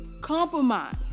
Compromise